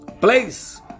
place